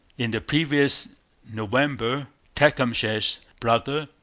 in the previous november tecumseh's brother,